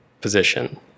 position